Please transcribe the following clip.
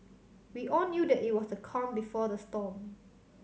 we all knew that it was the calm before the storm